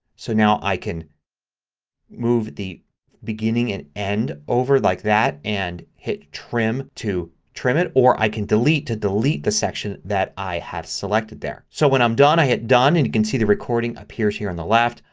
so now i can move the beginning and end over like that and hit trim to trim it. or i can delete to delete the section that i have selected there. so when i'm done i hit done and you can see the recording appears up here on the left.